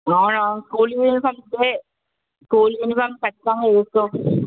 అవును అవును school uniform అంటే స్కూల్ యూనిఫామ్ ఖచ్చితంగా వేసుకొ